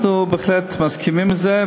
אנחנו בהחלט מסכימים לזה,